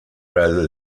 rather